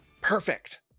Perfect